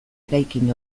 eraikin